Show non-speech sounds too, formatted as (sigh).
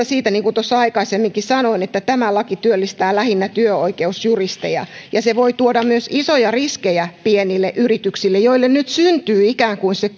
(unintelligible) siitä niin kuin tuossa aikaisemminkin sanoin että tämä laki työllistää lähinnä työoikeusjuristeja se voi tuoda myös isoja riskejä pienille yrityksille joille nyt syntyy ikään kuin se (unintelligible)